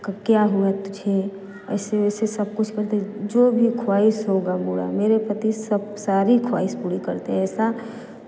क्या हुआ तुझे ऐसे वैसे सब कुछ करते जो भी ख़्वाहिश होगा मोरा मेरे पति सब सारी ख़्वाइश पूरी करते हैं ऐसा